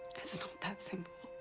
it's not that simple.